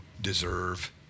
deserve